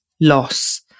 loss